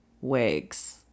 wigs